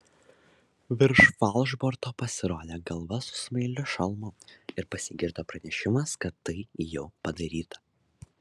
virš falšborto pasirodė galva su smailiu šalmu ir pasigirdo pranešimas kad tai jau padaryta